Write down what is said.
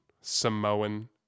Samoan